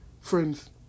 Friends